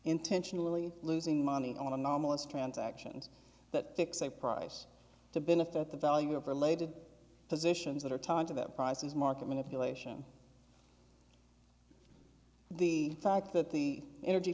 intentionally losing money i want to know most transactions that fix a price to benefit the value of related positions that are time to that prices market manipulation the fact that the energy